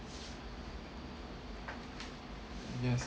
yes